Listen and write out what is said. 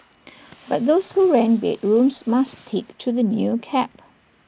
but those who rent bedrooms must stick to the new cap